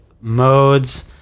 modes